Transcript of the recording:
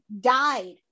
died